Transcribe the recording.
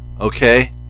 Okay